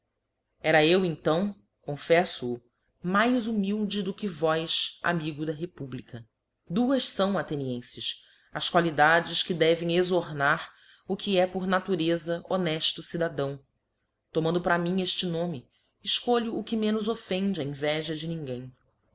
era eu então confeffo o mais humilde do que vós amigo da republica duas íao athenienfes as qualidades que devem exornar o que é por natureza honeílo cidadão tomando para mim efte nome efcolho o que menos offende a inveja de ninguém